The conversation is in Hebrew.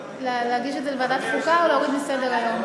להגיש את זה לוועדת חוקה או להוריד מסדר-היום?